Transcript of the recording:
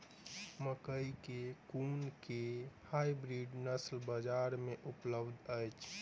मकई केँ कुन केँ हाइब्रिड नस्ल बजार मे उपलब्ध अछि?